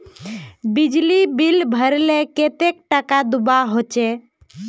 बिजली बिल भरले कतेक टाका दूबा होचे?